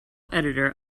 editor